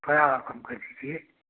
थोड़ा और कम कर दीजिए